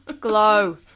glow